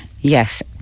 Yes